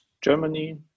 Germany